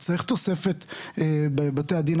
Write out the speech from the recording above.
צריך תוספת בבתי הדין